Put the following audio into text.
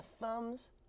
thumbs